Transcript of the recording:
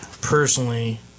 personally